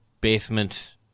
basement